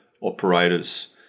operators